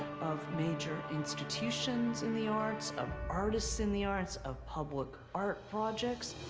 of major institutions in the arts, of artists in the arts, of public art projects.